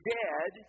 dead